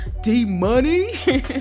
D-Money